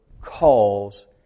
calls